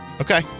Okay